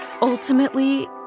Ultimately